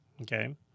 Okay